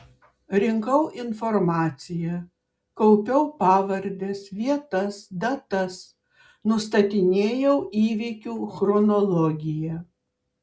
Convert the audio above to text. rinkau informaciją kaupiau pavardes vietas datas nustatinėjau įvykių chronologiją